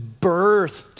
birthed